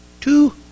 Two